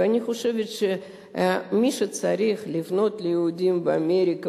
ואני חושבת שמי שצריך לפנות ליהודים באמריקה